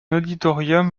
auditorium